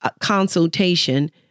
consultation